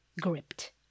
gripped